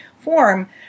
form